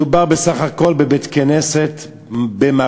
מדובר בסך הכול בבית-כנסת במרתף